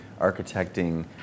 architecting